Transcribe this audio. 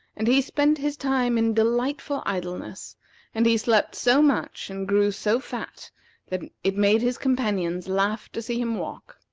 and he spent his time in delightful idleness and he slept so much and grew so fat that it made his companions laugh to see him walk.